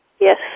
Yes